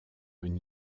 une